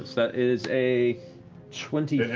that is a twenty